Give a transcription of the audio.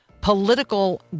political